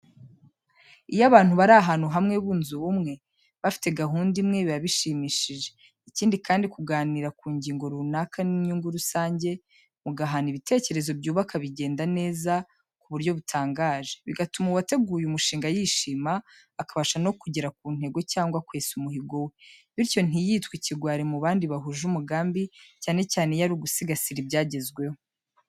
Iyo abantu bari ahantu hamwe, bunze ubumwe, bafite gahunda imwe, biba bishimishije, ikindi kandi kuganira ku ngingo runaka y'inyungu rusange, mugahana ibitekerezo byubaka bigenda neza ku buryo butangaje, bigatuma uwateguye umushinga yishima, akabasha no kugera ku ntego cyangwa kwesa umuhigo we, bityo ntiyitwe ikigwari mu bandi bahuje umugambi, cyane cyane iyo ari ugusigasira ibyagezweho.